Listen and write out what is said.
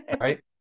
Right